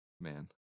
Man